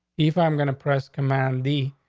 if i'm going to press to mandy,